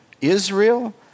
Israel